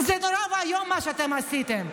זה נורא ואיום מה שאתם עשיתם.